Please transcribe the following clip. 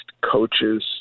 coaches